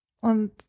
und